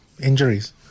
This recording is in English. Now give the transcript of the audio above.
injuries